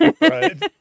Right